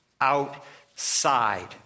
outside